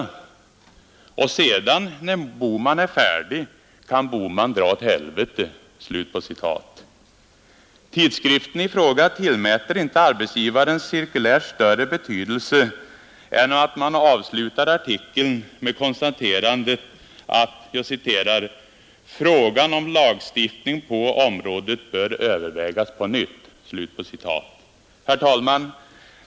Och sedan, när Boman är färdig, kan Boman dra åt helvete! ” Tidskriften i fråga tillmäter inte Arbetsgivareföreningens cirkulär större betydelse än att man avslutar artikeln med konstaterandet att ”Frågan om lagstiftning på området bör övervägas på nytt.” Herr talman!